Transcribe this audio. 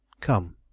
Come